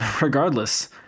regardless